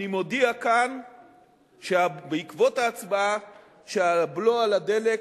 אני מודיע כאן שבעקבות ההצבעה הבלו על הדלק